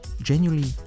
genuinely